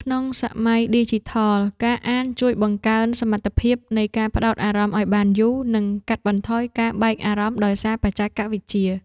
ក្នុងសម័យឌីជីថល ការអានជួយបង្កើនសមត្ថភាពនៃការផ្ដោតអារម្មណ៍ឱ្យបានយូរ និងកាត់បន្ថយការបែកអារម្មណ៍ដោយសារបច្ចេកវិទ្យា។